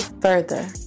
further